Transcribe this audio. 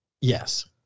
Yes